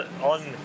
on